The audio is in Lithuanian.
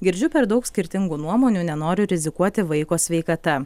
girdžiu per daug skirtingų nuomonių nenoriu rizikuoti vaiko sveikata